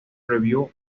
review